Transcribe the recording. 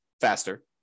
faster